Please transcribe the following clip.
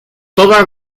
todas